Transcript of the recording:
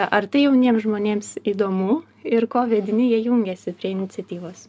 ar tai jauniems žmonėms įdomu ir ko vedini jie jungiasi prie iniciatyvos